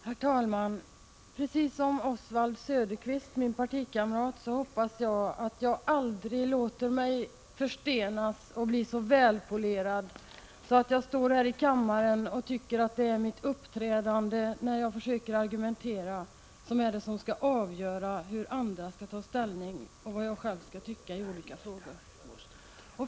Herr talman! Precis som Oswald Söderqvist, min partikamrat, hoppas jag att jag aldrig kommer att förstenas och bli så välpolerad att jag står här i kammaren och tycker att det är mitt uppträdande när jag försöker argumentera som skall avgöra hur andra skall ta ställning och vad jag själv skall tycka i olika frågor.